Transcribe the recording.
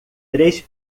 três